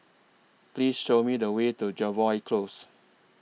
Please Show Me The Way to Jervois Close